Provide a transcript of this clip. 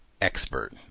expert